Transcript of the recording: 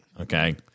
Okay